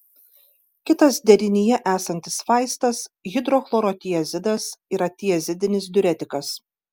kitas derinyje esantis vaistas hidrochlorotiazidas yra tiazidinis diuretikas